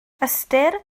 ystyr